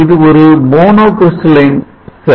இது ஒரு மொனாக்ரிஸ்டல்லின் செல்